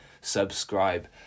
subscribe